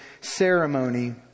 ceremony